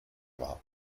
wahr